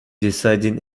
deciding